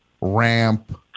ramp